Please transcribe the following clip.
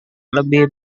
lebih